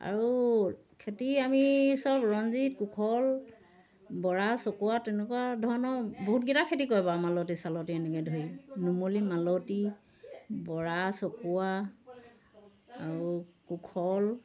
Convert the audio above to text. আৰু খেতি আমি চব ৰঞ্জিত কুশল বৰা চকোৱা তেনেকুৱাধৰণৰ বহুতকেইটা খেতি কৰিব পাৰোঁ মালতি চালতি এনেকৈ ধৰি নুমলী মালতি বৰা চকোৱা আৰু কুশল